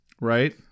Right